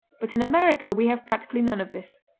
but in america we have practically none of this.